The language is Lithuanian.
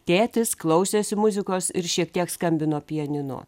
tėtis klausėsi muzikos ir šiek tiek skambino pianinu